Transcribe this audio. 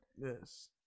Yes